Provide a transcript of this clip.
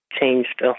changed